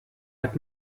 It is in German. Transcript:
hat